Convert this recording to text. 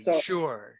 sure